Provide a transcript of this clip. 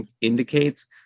indicates